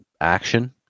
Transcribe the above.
action